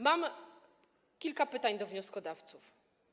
Mam kilka pytań do wnioskodawców.